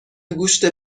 گوشت